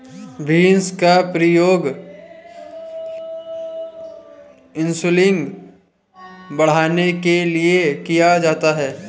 beans का प्रयोग insulin बढ़ाने के लिए किया जाता है